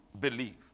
believe